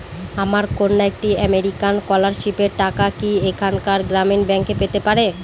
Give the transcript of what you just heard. আমার কন্যা একটি আমেরিকান স্কলারশিপের টাকা কি এখানকার গ্রামীণ ব্যাংকে পেতে পারে?